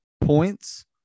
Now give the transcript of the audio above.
points